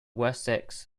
wessex